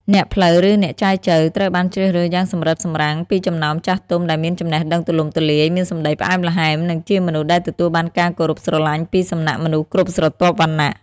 អ្នកផ្លូវ ឬ "អ្នកចែចូវ" ត្រូវបានជ្រើសរើសយ៉ាងសម្រិតសម្រាំងពីចំណោមចាស់ទុំដែលមានចំណេះដឹងទូលំទូលាយ មានសម្តីផ្អែមល្ហែម និងជាមនុស្សដែលទទួលបានការគោរពស្រឡាញ់ពីសំណាក់មនុស្សគ្រប់ស្រទាប់វណ្ណៈ។